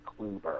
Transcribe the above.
kluber